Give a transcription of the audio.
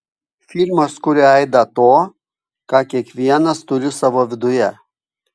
filmas kuria aidą to ką kiekvienas turi savo viduje